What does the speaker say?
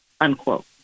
unquote